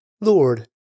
Lord